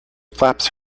flaps